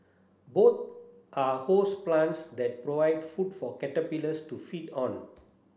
both are host plants that provide food for caterpillars to feed on